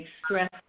express